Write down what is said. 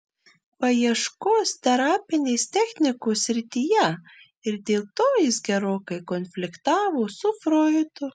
paieškos terapinės technikos srityje ir dėl to jis gerokai konfliktavo su froidu